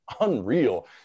unreal